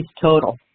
total